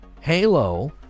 Halo